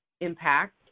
impact